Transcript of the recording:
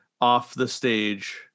off-the-stage